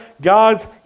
God's